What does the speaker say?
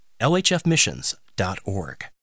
lhfmissions.org